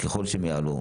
ככל שהם יעלו.